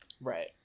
right